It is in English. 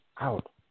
out